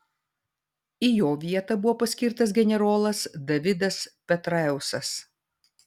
į jo vietą buvo paskirtas generolas davidas petraeusas